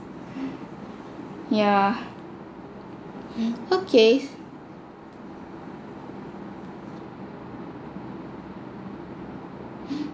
yeah mm okay